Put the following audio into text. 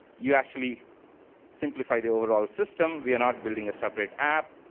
you actually simplify the overall system. we are not building a separate app.